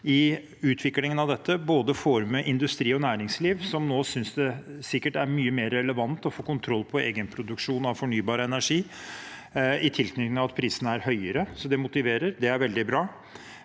i utviklingen av dette får med både industri og næringsliv, som nå synes det sikkert er mye mer relevant å få kontroll på egen produksjon av fornybar energi i tilknytning til at prisene er høyere, så det motiverer. Det er veldig bra.